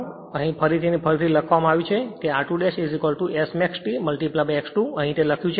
તે અહીં ફરીથી અને ફરીથી લખવામાં આવ્યું છે કે r2S max T x 2 અહીં તે લખ્યું છે